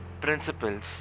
principles